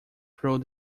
through